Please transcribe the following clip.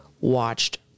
Watched